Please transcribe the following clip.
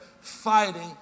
fighting